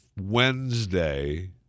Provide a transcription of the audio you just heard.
Wednesday